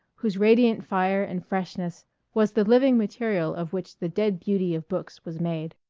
whose radiant fire and freshness was the living material of which the dead beauty of books was made.